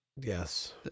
Yes